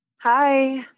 Hi